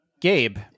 Gabe